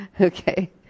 Okay